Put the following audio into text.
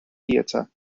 theater